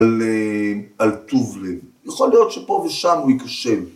על אה.. על טוב לב. יכול להיות שפה ושם הוא ייכשל.